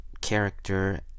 character